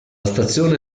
stazione